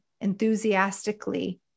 enthusiastically